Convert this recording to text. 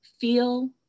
feel